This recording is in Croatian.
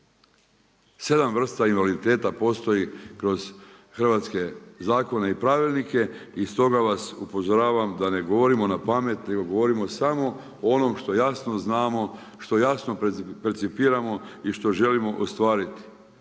7 vrsta invaliditeta postoji kroz hrvatske zakone i pravilnike, i stoga vas upozoravam da ne govorimo na pamet nego govorimo samo o onom što jasno znamo, što jasno percipiramo i što želimo ostvariti.